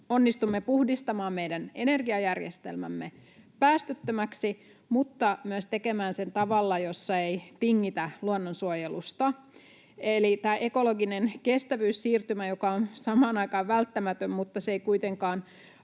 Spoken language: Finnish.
onnistumme puhdistamaan meidän energiajärjestelmämme päästöttömäksi mutta myös tekemään sen tavalla, jossa ei tingitä luonnonsuojelusta. Eli tämä ekologinen kestävyyssiirtymä on samaan aikaan välttämätön, mutta se ei kuitenkaan